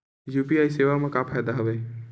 UPI सेवा मा का फ़ायदा हवे?